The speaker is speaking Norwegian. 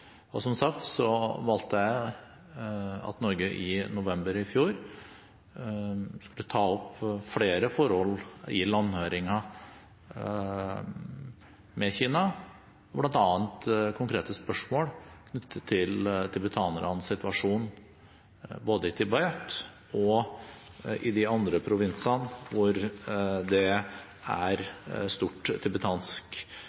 menneskerettighetsråd. Som sagt valgte jeg at Norge i november i fjor skulle ta opp flere forhold i landhøringen med Kina, bl.a. konkrete spørsmål knyttet til tibetanernes situasjon både i Tibet og i de andre provinsene hvor det